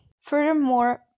Furthermore